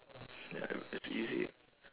ya it's easy